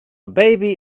baby